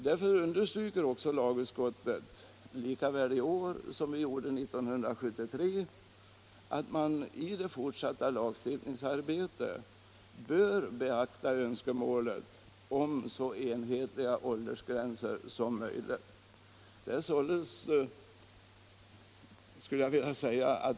Lagutskottet understryker därför i år lika väl som 1973 att önskemålet om så enhetliga åldersgränser som möjligt bör beaktas i det fortsatta lagstiftningsarbetet.